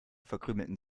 verkrümelten